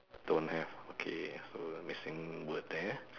don't have okay so a missing word there